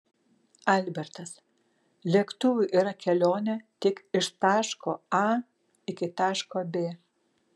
albertas lėktuvu yra kelionė tik iš taško a iki taško b